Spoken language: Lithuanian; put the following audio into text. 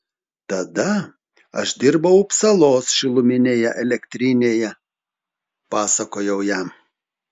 tada aš dirbau upsalos šiluminėje elektrinėje pasakojau jam